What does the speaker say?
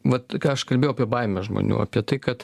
vat ką aš kalbėjau apie baimę žmonių apie tai kad